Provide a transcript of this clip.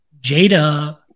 Jada